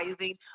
rising